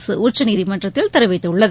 அரசு உச்சநீதிமன்றத்தில் தெரிவித்துள்ளது